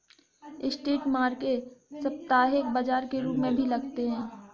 street market साप्ताहिक बाजार के रूप में भी लगते हैं